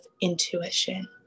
intuition